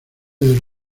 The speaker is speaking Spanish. del